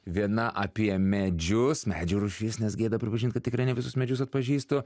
viena apie medžius medžių rūšis nes gėda pripažint kad tikrai ne visus medžius atpažįstu